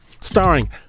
Starring